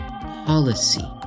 policy